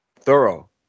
Thorough